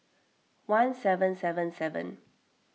one seven seven seven